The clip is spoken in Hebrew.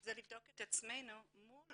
זה לבדוק את עצמנו מול